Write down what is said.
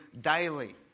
daily